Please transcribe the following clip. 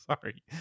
Sorry